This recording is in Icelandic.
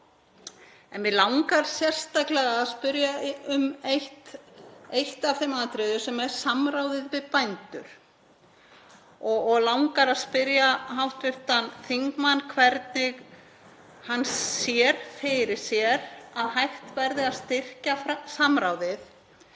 En mig langar sérstaklega að spyrja um eitt atriði, sem er samráðið við bændur. Mig langar að spyrja hv. þingmann hvernig hann sér fyrir sér að hægt verði að styrkja samráðið